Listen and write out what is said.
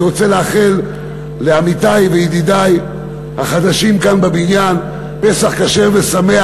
אני רוצה לאחל לעמיתי וידידי החדשים כאן בבניין פסח כשר ושמח.